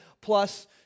Plus